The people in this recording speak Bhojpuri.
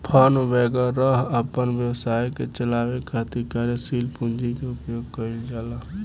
फार्म वैगरह अपना व्यवसाय के चलावे खातिर कार्यशील पूंजी के उपयोग कईल जाला